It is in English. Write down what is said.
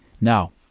Now